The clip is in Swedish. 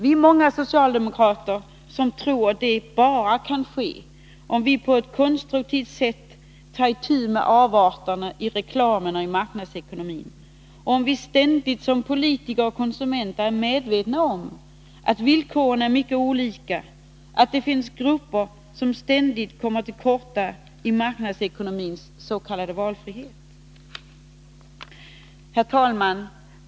Vi är många socialdemokrater som tror att det kan ske bara om vi på ett konstruktivt sätt tar itu med avarterna i reklamen och marknadsekonomin och om vi ständigt som politiker och konsumenter är medvetna om att villkoren är mycket olika, att det finns grupper som ständigt kommer till korta i marknadsekonomins s.k. valfrihet. Herr talman!